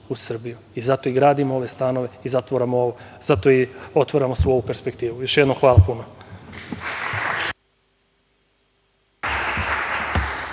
u Srbiju. Zato i gradimo ove stanove, zato i otvaramo svu ovu perspektivu. Još jednom hvala puno.